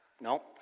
no